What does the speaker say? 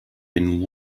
been